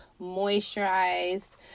moisturized